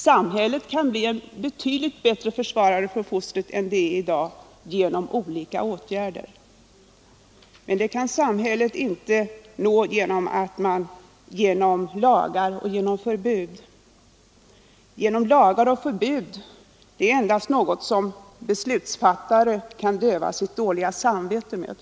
Samhället kan genom olika åtgärder bli en betydligt bättre försvarare för fostret än det är i dag. Men dit kan samhället inte nå genom lagar och förbud. De är bara något som beslutsfattare kan döva sitt dåliga samvete med.